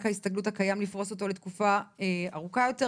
ההסתגלות הקיים ולפרוס אותו לתקופה ארוכה יותר,